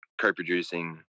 co-producing